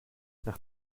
nach